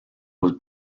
was